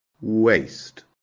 Waste